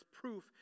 proof